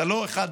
אתה לא בקיבוץ,